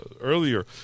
earlier